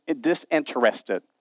disinterested